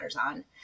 on